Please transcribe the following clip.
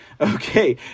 Okay